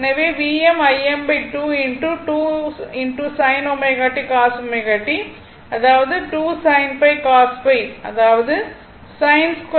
எனவே Vm Im2 2 sin ω t cos ω t அதாவது 2 sin cos அதாவது sin 2